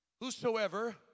Whosoever